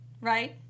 right